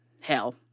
hell